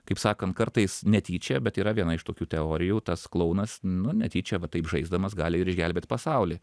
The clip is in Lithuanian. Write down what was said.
kaip sakant kartais netyčia bet yra viena iš tokių teorijų tas klounas nu netyčia va taip žaisdamas gali ir išgelbėti pasaulį